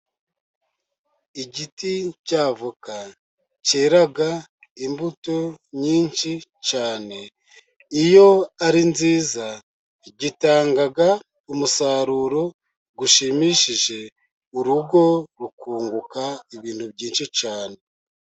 Igiti cy'avoka cyera imbuto nyinshi cyane, iyo ari nziza gitanga umusaruro ushimishije, urugo rukunguka ibintu byinshi cyane.